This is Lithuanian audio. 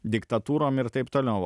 diktatūrom ir taip toliau